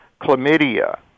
chlamydia